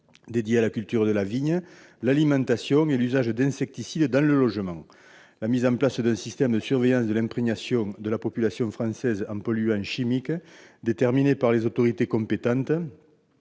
dédiée à la culture de la vigne, l'alimentation et l'usage d'insecticides dans le logement. La mise en place d'un système de surveillance de l'imprégnation de la population française par les polluants chimiques, déterminés par les autorités compétentes-